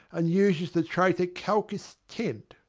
and uses the traitor calchas' tent.